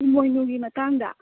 ꯏꯃꯣꯏꯅꯨꯒꯤ ꯃꯇꯥꯡꯗ